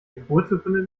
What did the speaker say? geburtsurkunde